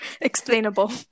explainable